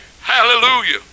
hallelujah